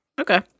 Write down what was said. Okay